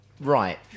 right